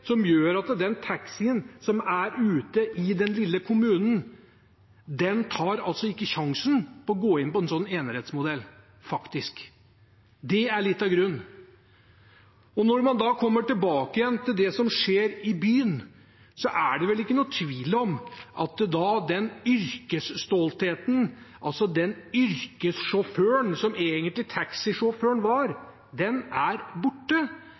den taxien som er ute i den lille kommunen, som gjør at den ikke tar sjansen på å gå inn på en sånn enerettsmodell – faktisk. Det er litt av grunnen. Når man da kommer tilbake til det som skjer i byen, er det vel ikke noen tvil om at yrkesstoltheten hos den yrkessjåføren som taxisjåføren egentlig var, er borte.